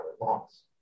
loss